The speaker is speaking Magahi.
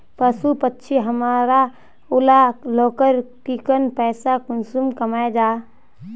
पशु पक्षी हमरा ऊला लोकेर ठिकिन पैसा कुंसम कमाया जा?